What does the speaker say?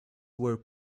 were